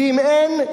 ואם אין,